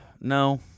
no